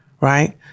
Right